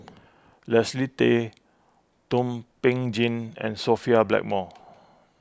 Leslie Tay Thum Ping Tjin and Sophia Blackmore